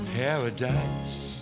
paradise